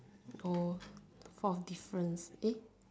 oh fourth difference eh